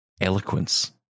eloquence